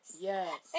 Yes